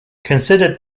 considered